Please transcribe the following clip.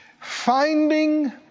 Finding